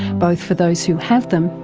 both for those who have them,